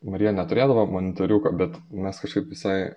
marija neturėdavo monitoriuko bet mes kažkaip visai